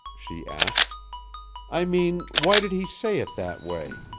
she asked i mean, why did he say it that way?